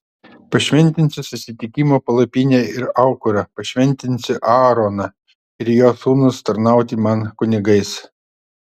pašventinsiu susitikimo palapinę ir aukurą pašventinsiu aaroną ir jo sūnus tarnauti man kunigais